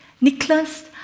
Nicholas